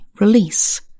Release